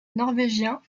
norvégien